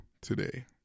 today